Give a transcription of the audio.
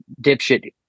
dipshit